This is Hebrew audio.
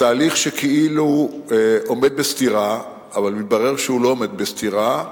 התהליך שכאילו עומד בסתירה אבל מתברר שהוא לא עומד בסתירה,